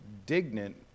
indignant